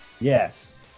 Yes